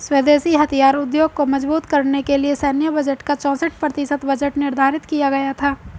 स्वदेशी हथियार उद्योग को मजबूत करने के लिए सैन्य बजट का चौसठ प्रतिशत बजट निर्धारित किया गया था